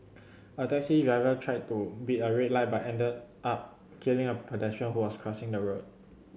a taxi driver tried to beat a red light but ended up killing a pedestrian who was crossing the road